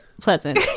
pleasant